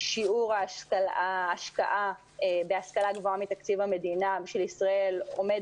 שיעור ההשקעה בהשכלה גבוהה מתקציב המדינה של ישראל עומד